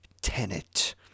Tenet